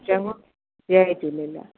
चङो जय झूलेलाल